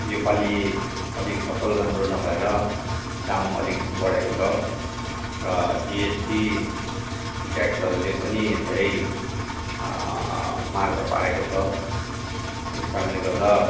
योपालि अलिक फसल राम्रो नभएर दाम अलिक बढेको छ र जिएसटी ट्याक्सहरूले पनि धेरै मर्का पारेको छ त्यसकारणले गर्दा